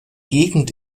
gegend